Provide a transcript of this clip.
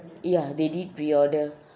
ya they did reorder